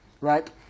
right